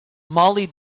mollie